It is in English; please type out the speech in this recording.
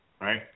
Right